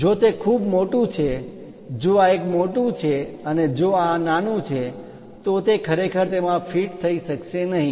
જો તે ખૂબ મોટું છે જો આ એક મોટું છે અને જો આ નાનું છે તો તે ખરેખર તેમાં ફિટ થઈ શકશે નહીં